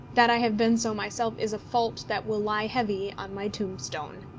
that i have been so myself is a fault that will lie heavy on my tombstone.